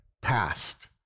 past